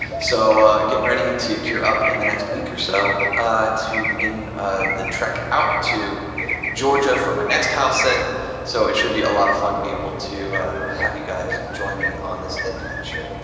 so gettin ready to gear up in the next week or so to begin the trek out to georgia for my next house sit so it should be a lot of fun to be able to have you guys join me on this adventure.